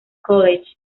college